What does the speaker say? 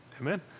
Amen